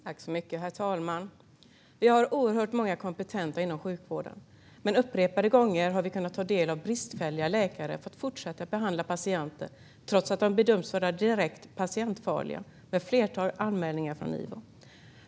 Herr talman! Vi har oerhört många kompetenta personer som arbetar inom sjukvården. Men upprepade gånger har vi kunnat ta del av uppgifter om att bristfälliga läkare fått fortsätta att behandla patienter trots att de bedömts vara direkt patientfarliga och fått ett flertal anmälningar från Ivo.